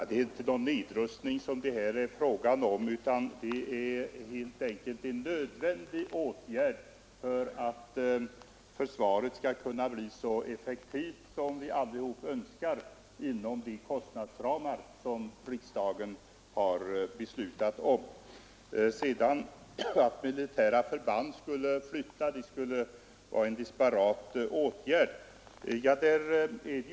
Herr talman! Det är inte fråga om någon nedrustning utan det är helt enkelt en nödvändig åtgärd för att försvaret skall kunna bli så effektivt som vi alla önskar inom de kostnadsramar som riksdagen har beslutat. Herr Danell menar att det är en desperat åtgärd att flytta militära förband.